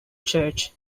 church